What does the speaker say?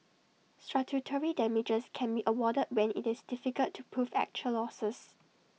statutory damages can be awarded when IT is difficult to prove actual losses